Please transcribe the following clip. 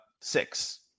six